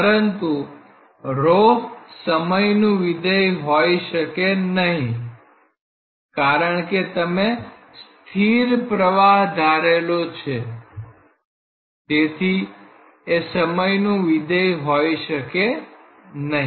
પરંતુ ρ સમયનું વિધેય હોય શકે નહીં કારણ કે તમે સ્થિર પ્રવાહ ધારેલો છે તેથી એ સમયનું વિધેય હોઈ શકે નહીં